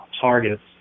targets